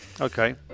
okay